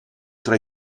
tra